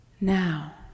Now